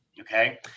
Okay